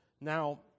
Now